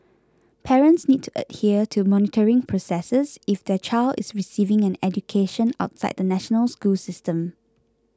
parents need to adhere to monitoring processes if their child is receiving an education outside the national school system